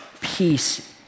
peace